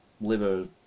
liver